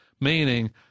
meaning